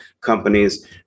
companies